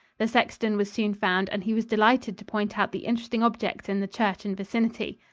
the sexton was soon found and he was delighted to point out the interesting objects in the church and vicinity.